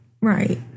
right